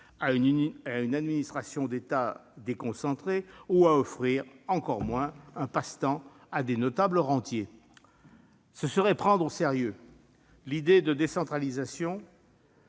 à une administration d'État déconcentrée ou, encore moins, à offrir un passe-temps à des notables rentiers. Prendre au sérieux l'idée de décentralisation,